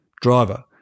driver